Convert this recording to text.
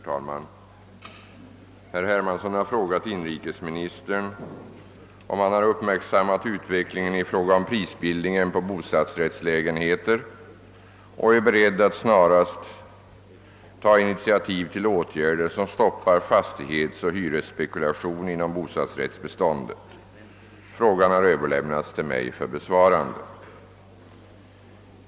Herr talman! Herr Hermansson har frågat inrikesministern om denne har uppmärksammat utvecklingen i fråga om Pprisbildningen på bostadsrättslägenheter och är beredd att snarast ta initiativ till åtgärder, som stoppar fastighetsoch hyresspekulation inom bostadsrättsbeståndet. Frågan har Ööverlämnats till mig för besvarande.